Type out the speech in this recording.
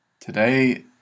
Today